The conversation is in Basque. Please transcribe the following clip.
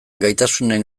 gaitasunen